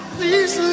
Please